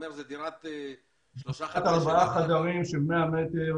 דירת ארבעה חדרים של 100 מ"ר,